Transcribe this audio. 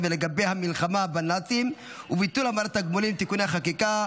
ולגבי המלחמה בנאצים וביטול המרת תגמולים (תיקוני חקיקה),